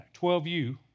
12U